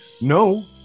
No